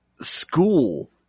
school